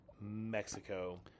Mexico